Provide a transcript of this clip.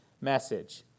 message